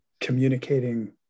communicating